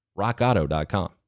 RockAuto.com